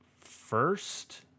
first